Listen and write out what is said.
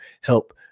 help